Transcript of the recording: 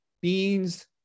beans